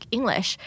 English